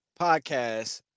podcast